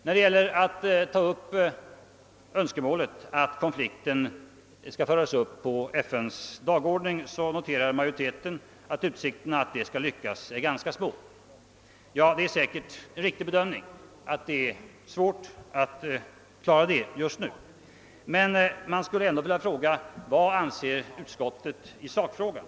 När det gäller önskemålet att konflikten skall föras upp på FN:s dagordning noterar utskottsmajoriteten att utsikterna för att detta skall lyckas är ganska små. Ja, det är säkerligen en riktig bedömning att det är svårt att åstadkomma detta just nu. Men jag skulle ändå vilja fråga: Vad anser utskottet i sakfrågan?